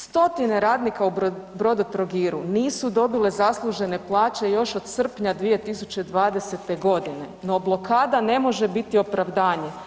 Stotine radnika u Brodotrogiru nisu dobili zaslužene plaće još od srpnja 2020. g., no blokada ne može biti opravdanje.